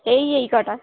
এই এই কটা